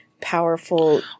powerful